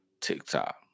TikTok